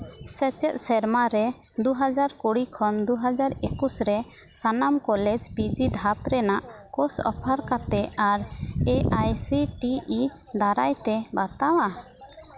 ᱥᱮᱪᱮᱫ ᱥᱮᱨᱢᱟ ᱨᱮ ᱫᱩ ᱦᱟᱡᱟᱨ ᱠᱩᱲᱤ ᱠᱷᱚᱱ ᱫᱩ ᱦᱟᱡᱟᱨ ᱮᱠᱩᱥ ᱨᱮ ᱥᱟᱱᱟᱢ ᱠᱚᱞᱮᱡᱽ ᱯᱤ ᱡᱤ ᱫᱷᱟᱯ ᱨᱮᱱᱟᱜ ᱠᱳᱥ ᱚᱯᱷᱟᱨ ᱠᱟᱛᱮ ᱟᱨ A I C T E ᱫᱟᱨᱟᱭᱛᱮ ᱵᱟᱛᱟᱣᱟ